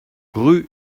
rue